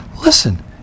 listen